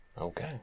Okay